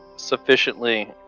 Sufficiently